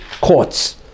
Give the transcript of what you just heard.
courts